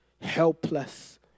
helpless